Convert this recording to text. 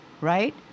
right